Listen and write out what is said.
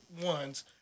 ones